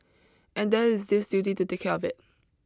and there is this duty to take care of it